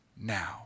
now